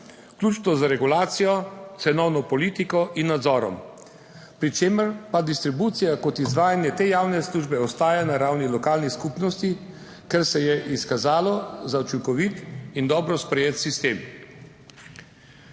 vključno z regulacijo, cenovno politiko in nadzorom. Pri čemer pa distribucija kot izvajanje te javne službe ostaja na ravni lokalnih skupnosti, ker se je izkazalo za učinkovit in dobro sprejet sistem.